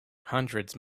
hundreds